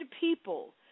people